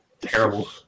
Terrible